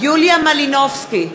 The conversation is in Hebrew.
יוליה מלינובסקי,